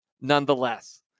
nonetheless